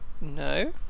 no